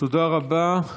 תודה רבה.